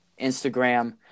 Instagram